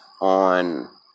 on